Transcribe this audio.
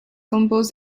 compose